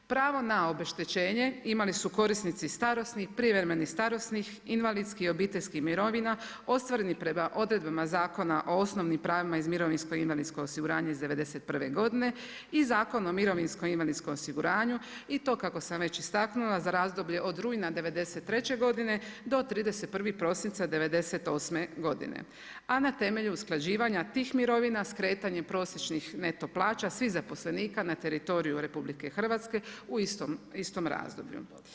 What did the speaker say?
Pravo na obeštećenje imali su korisnici starosnih, privremenih starosnih, invalidskih, obiteljskih mirovina ostvareni prema odredbama Zakona o osnovnim pravima iz mirovinsko-invalidskog osiguranja iz '91. godine i Zakon o mirovinsko-invalidskom osiguranju i to kako sam već istaknula za razdoblje od rujna '93. godine do 31. prosinca '98. godine a na temelju usklađivanja tih mirovina sa kretanjem prosječnih neto plaća svih zaposlenika na teritoriju RH u istom razdoblju.